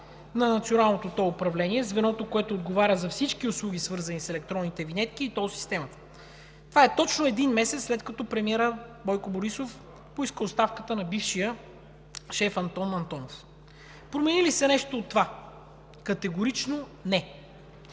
на Националното тол управление – звеното, което отговаря за всички услуги, свързани с електронните винетки и тол системата. Това е точно един месец, след като премиерът Бойко Борисов поиска оставката на бившия шеф Антон Антонов. Промени ли се нещо от това? Категорично не!